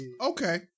Okay